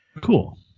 Cool